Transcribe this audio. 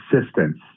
assistance